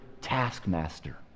taskmaster